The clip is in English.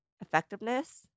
effectiveness